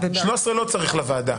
13 לא צריך לוועדה.